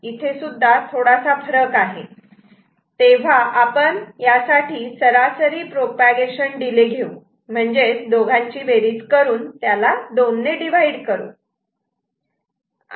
इथे सुद्धा थोडासा फरक आहे तेव्हा आपण सरासरी प्रोपागेशन डिले घेऊ म्हणजे दोघांची बेरीज करून त्याला दोन ने डिव्हाइड करू